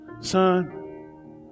son